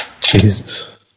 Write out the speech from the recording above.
Jesus